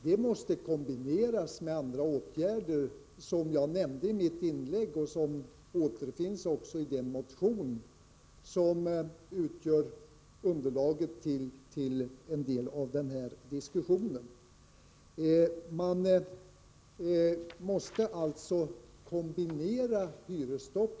Det måste kombineras med andra åtgärder, som jag nämnde i mitt föregående inlägg och som också berörs i den motion som utgör underlaget till en del av den här diskussionen.